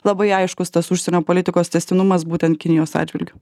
labai aiškus tas užsienio politikos tęstinumas būtent kinijos atžvilgiu